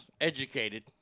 educated